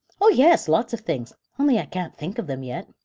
oh yes, lots of things, only i can't think of them yet.